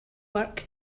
work